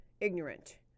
ignorant